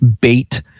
bait